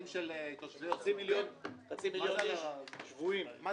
והם שבויים.